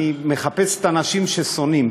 אני מחפש את האנשים ששונאים.